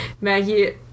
Maggie